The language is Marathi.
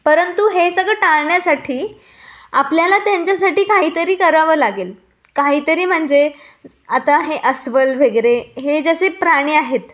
परतु हे सगळं टाळण्यासाठी आपल्याला त्यांच्यासाठी काहीतरी करावं लागेल काहीतरी म्हणजे आता हे अस्वल वगैरे हे जसे प्राणी आहेत